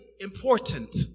important